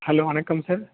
hello வணக்கம் sir